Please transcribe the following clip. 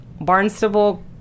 Barnstable